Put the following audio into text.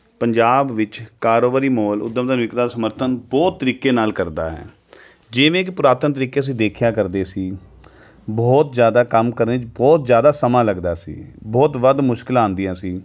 ਪੰਜਾਬ ਵਿੱਚ ਕਾਰੋਬਾਰੀ ਮਾਹੌਲ ਉਦਮ ਦਾ ਵਿਕਦਾ ਸਮਰਥਨ ਬਹੁਤ ਤਰੀਕੇ ਨਾਲ ਕਰਦਾ ਹੈ ਜਿਵੇਂ ਕਿ ਪੁਰਾਤਨ ਤਰੀਕੇ ਅਸੀਂ ਦੇਖਿਆ ਕਰਦੇ ਸੀ ਬਹੁਤ ਜ਼ਿਆਦਾ ਕੰਮ ਕਰਨੇ ਬਹੁਤ ਜ਼ਿਆਦਾ ਸਮਾਂ ਲੱਗਦਾ ਸੀ ਬਹੁਤ ਵੱਧ ਮੁਸ਼ਕਿਲਾਂ ਆਉਂਦੀਆਂ ਸੀ